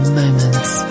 moments